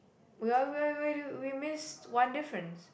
we're we're where do we missed one difference